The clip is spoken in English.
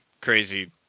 crazy